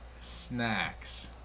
snacks